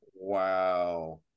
Wow